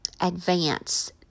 advance